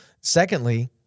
secondly